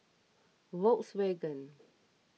Volkswagen